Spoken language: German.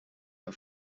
auf